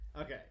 Okay